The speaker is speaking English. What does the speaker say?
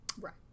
Right